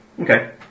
Okay